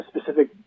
specific